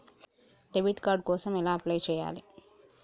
Debit card కోసం ఎలా apply చేయాలి?